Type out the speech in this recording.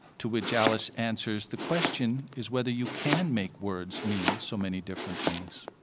to which alice answers the question is whether you can make words mean so many different things.